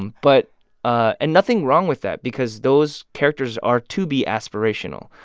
but and nothing wrong with that because those characters are to be aspirational.